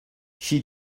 she